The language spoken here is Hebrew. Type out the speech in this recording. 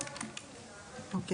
"(4)